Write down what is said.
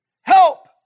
Help